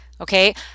okay